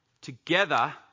Together